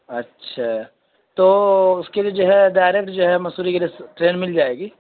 اچھا تو اس کے لیے جو ہے ڈائریکٹ جو ہے مسوری کے لیے ٹرین مل جائے گی